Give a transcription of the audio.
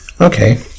Okay